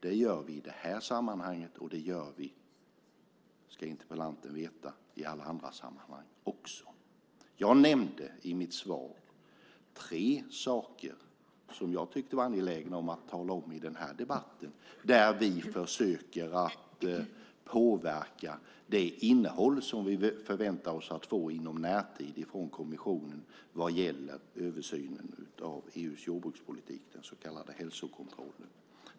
Det gör vi i detta sammanhang, och det gör vi, ska interpellanten veta, i alla andra sammanhang också. Jag nämnde i mitt svar tre saker som jag tyckte var angelägna att tala om i den här debatten, där vi försöker att påverka det innehåll från kommissionen vad gäller översynen av EU:s jordbrukspolitik som vi förväntar oss att få del av inom närtid - den så kallade hälsokontrollen.